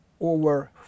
over